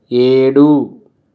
ఏడు